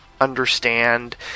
understand